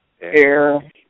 Air